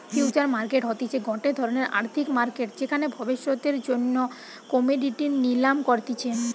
future market হতিছে গটে ধরণের আর্থিক মার্কেট যেখানে ভবিষ্যতের জন্য কোমোডিটি নিলাম করতিছে